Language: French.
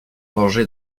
danger